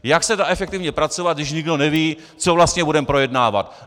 Jak chcete efektivně pracovat, když nikdo neví, co vlastně budeme projednávat?